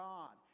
God